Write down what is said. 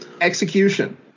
Execution